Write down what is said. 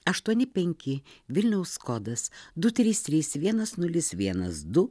aštuoni penki vilniaus kodas du trys trys vienas nulis vienas du